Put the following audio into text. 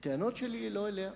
הטענות שלי הן לא אליה,